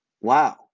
wow